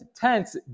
tense